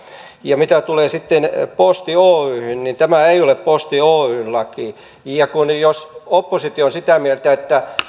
ja mitä tulee sitten posti oyhyn niin tämä ei ole posti oyn laki ja jos oppositio on sitä mieltä että